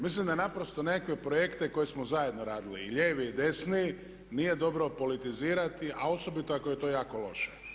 Mislim da naprosto nekakve projekte koje smo zajedno radili i lijevi i desni nije dobro politizirati, a osobito ako je to jako loše.